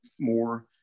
more